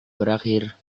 berakhir